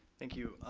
thank you.